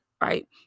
right